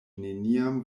neniam